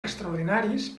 extraordinaris